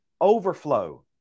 Overflow